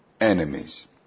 enemies